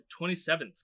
27th